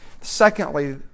Secondly